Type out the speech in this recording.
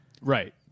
Right